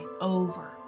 over